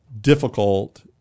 difficult